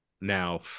now